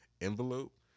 envelope